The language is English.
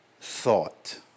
thought